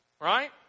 Right